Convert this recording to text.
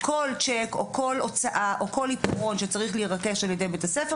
כל שיק או כל הוצאה או כל עפרון שצריך להירכש על ידי בית הספר,